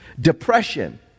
Depression